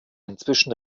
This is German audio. inzwischen